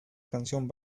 canción